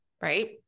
right